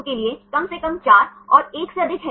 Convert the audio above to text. छात्र 4 चार परमाणु सही